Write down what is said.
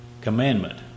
commandment